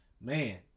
Man